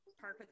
park